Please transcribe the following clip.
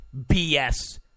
BS